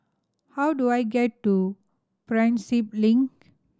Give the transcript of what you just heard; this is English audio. how do I get to Prinsep Link